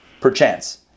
perchance